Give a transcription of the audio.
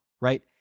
right